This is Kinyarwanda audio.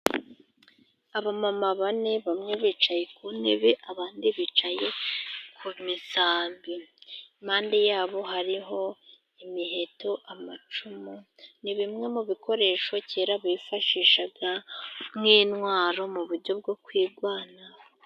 Abamama bane bamwe bicaye ku ntebe abandi bicaye ku misambi, impande yabo hariho imiheto, amacumu. Ni bimwe mu bikoresho kera bifashishaga nk'intwaro mu buryo bwo kwirwanaho.